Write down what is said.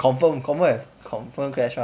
confirm confirm have confirm clash [one]